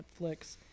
Netflix